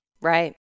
Right